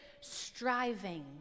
striving